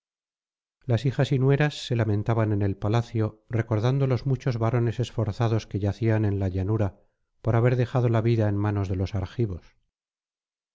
las hijas y nueras se lamentaban en el palacio recordando los muchos varones esforzados que yacían en la llanura por haber dejado la vida en manos de los argivos